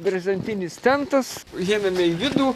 brezentinis tentas įeiname į vidų